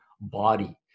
body